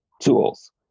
tools